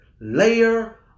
layer